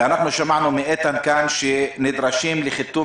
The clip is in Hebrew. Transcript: ואנחנו שמענו מאיתן כאן שהם נדרשים לחיתום